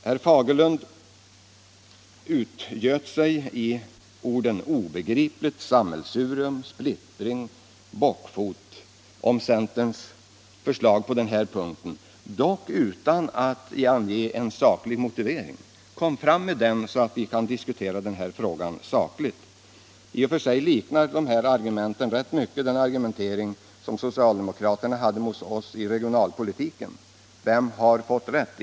Herr Fagerlund utgöt sig i orden: Obegripligt, sammelsurium, splittring och bockfot om centerns förslag på den här punkten. Dock utan att ange en saklig motivering. Kom fram med den så att vi kan diskutera den här frågan sakligt! I och för sig liknar dessa argument rätt mycket den argumentering socialdemokraterna förde mot oss beträffande regionalpolitiken. Vem har fått rätt?